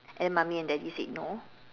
and then mummy and daddy said no